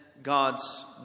God's